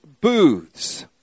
Booths